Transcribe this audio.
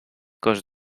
caused